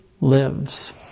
lives